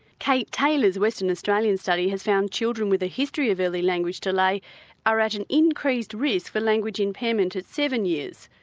kate taylor's western australian study has found children with a history of early language delay are at an increased risk for language impairment at seven years.